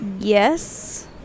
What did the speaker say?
Yes